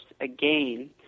again